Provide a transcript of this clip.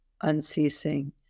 unceasing